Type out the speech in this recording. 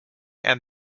and